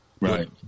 right